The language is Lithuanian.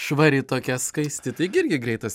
švari tokia skaisti taigi irgi greitas